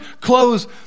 clothes